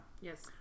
Yes